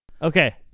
Okay